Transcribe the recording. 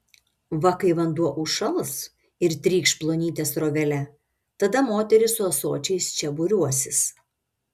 va kai vanduo užšals ir trykš plonyte srovele tada moterys su ąsočiais čia būriuosis